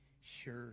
sure